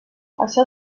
això